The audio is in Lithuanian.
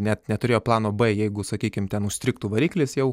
net neturėjo plano b jeigu sakykim ten užstrigtų variklis jau